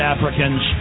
Africans